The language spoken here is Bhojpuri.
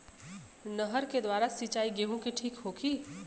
नहर के द्वारा सिंचाई गेहूँ के ठीक होखि?